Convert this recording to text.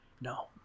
No